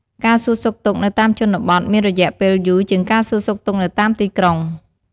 ការសួរសុខទុក្ខនៅតាមជនបទមានរយៈពេលយូរជាងការសួរសុខទុក្ខនៅតាមទីក្រុង។